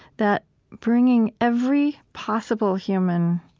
that bringing every possible human,